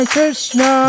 Krishna